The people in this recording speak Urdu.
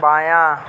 بایاں